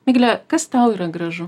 migle kas tau yra gražu